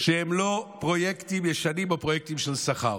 שהם לא פרויקטים ישנים או פרויקטים של שכר,